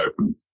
open